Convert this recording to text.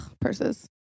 purses